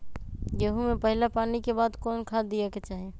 गेंहू में पहिला पानी के बाद कौन खाद दिया के चाही?